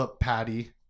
Patty